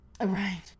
Right